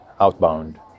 outbound